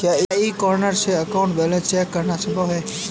क्या e corner से account balance check करना संभव है?